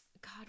god